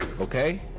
okay